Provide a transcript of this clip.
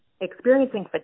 experiencing